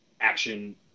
action